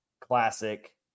Classic